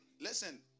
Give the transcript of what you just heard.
Listen